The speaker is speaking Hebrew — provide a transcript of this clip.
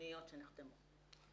תוכניות שנחתמו.